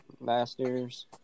Masters